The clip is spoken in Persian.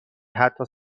حتی